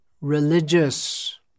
religious